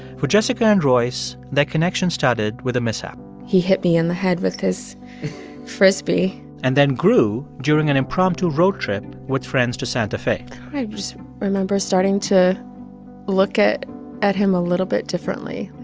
for jessica and royce, their connection started with a mishap he hit me in the head with his frisbee and then grew during an impromptu road trip with friends to santa fe i just remember starting to look at at him a little bit differently.